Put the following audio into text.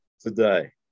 today